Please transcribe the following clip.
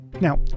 Now